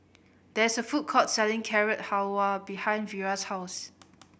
there is a food court selling Carrot Halwa behind Vira's house